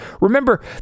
Remember